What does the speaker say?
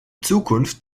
zukunft